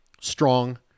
strong